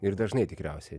ir dažnai tikriausiai